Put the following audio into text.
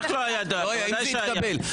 ודאי שהיה.